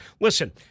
Listen